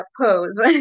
pose